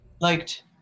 liked